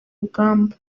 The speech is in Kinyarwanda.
rugamba